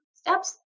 steps